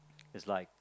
it's like